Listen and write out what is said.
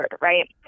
right